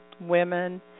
women